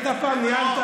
אתה פעם ניהלת,